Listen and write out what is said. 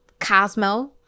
Cosmo